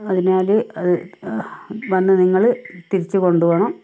അതിനാല് വന്നു നിങ്ങള് തിരിച്ചു കൊണ്ട് പോകണം